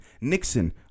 Nixon